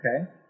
okay